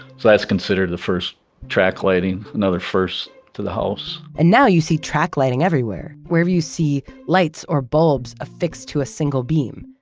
so, that's considered the first track lighting, another first to the house. and now you see track lighting everywhere, wherever you see lights or bulbs, affixed to a single beam.